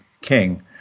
King